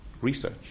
research